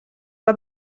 pla